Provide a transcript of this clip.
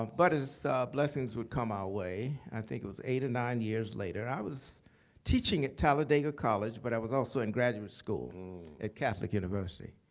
um but as blessings would come our way, i think it was eight or nine years later, i was teaching at talladega college, but i was also in graduate school, at catholic university.